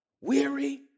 Weary